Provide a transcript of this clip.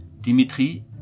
Dimitri